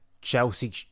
Chelsea